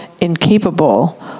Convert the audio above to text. incapable